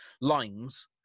lines